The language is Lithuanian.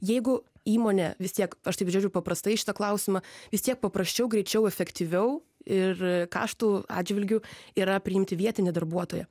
jeigu įmonė vis tiek aš taip žiūriu paprastai šitą klausimą vis tiek paprasčiau greičiau efektyviau ir kaštų atžvilgiu yra priimti vietinį darbuotoją